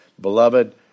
Beloved